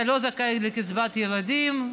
אתה לא זכאי לקצבת ילדים.